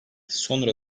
sonra